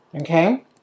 okay